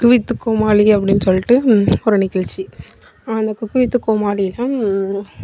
cook with Comali அப்படின்னு சொல்லிவிட்டு ஒரு நிகழ்ச்சி அந்த குக் வித் கோமாளியில